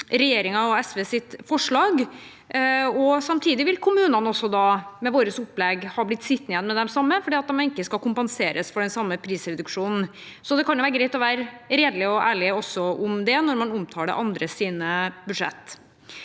regjeringen og SVs forslag. Samtidig ville kommunene med vårt opplegg også ha blitt sittende igjen med det samme fordi de ikke skal kompenseres for den samme prisreduksjonen. Så det kan være greit å være redelige og ærlige også om det når man omtaler andres budsjettforslag.